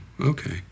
okay